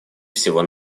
всего